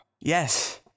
yes